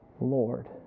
Lord